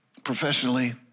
professionally